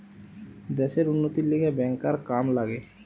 দ্যাশের উন্নতির লিগে ব্যাংকার কাম লাগে